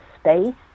space